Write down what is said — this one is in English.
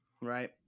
right